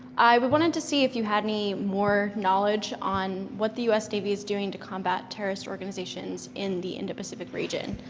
i wanted to see if you had any more knowledge on what the us navy's doing to combat terrorist organizations in the indo-pacific region,